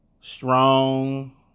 strong